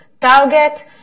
target